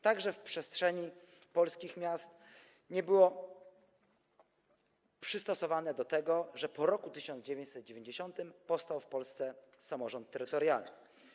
Także w przestrzeni polskich miast nie było ono przystosowane do tego, że po roku 1990 powstał w Polsce samorząd terytorialny.